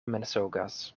mensogas